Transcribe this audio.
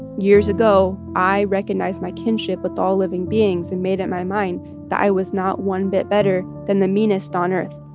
years ago, i recognized my kinship with all living beings and made up my mind that i was not one bit better than the meanest on earth.